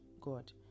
god